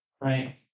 Right